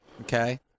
Okay